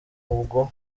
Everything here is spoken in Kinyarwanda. ubwo